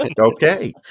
Okay